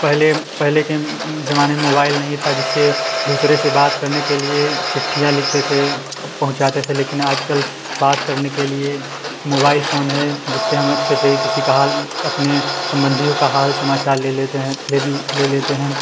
पहले पहले के ज़माने में मोबाइल नहीं था जिससे दूसरे से बात करने के लिए चिट्ठियाँ लिखते थे पहुँचाते थे लेकिन आज कल बात करने के लिए मोबाइल फ़ोन है जिससे हम अच्छे से किसी का हाल अपने सम्बंधीयों का हाल समाचार ले लेते हैं लेल ले लेते हैं